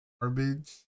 garbage